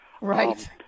Right